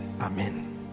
amen